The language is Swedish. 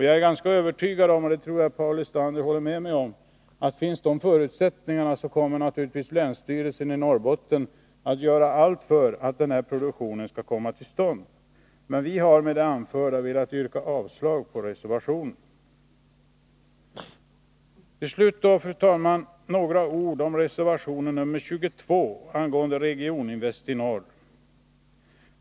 Jag är ganska övertygad om — och det tror jag Paul Lestander håller med mig om — att om förutsättningarna finns kommer länsstyrelsen i Norrbotten att göra allt för att denna produktion skall komma till stånd. Men vi har velat avstyrka reservationen, och jag yrkar alltså avslag på den. Herr talman! Till slut några ord om reservation 22 angående Regioninvesti Nr 144 Norr.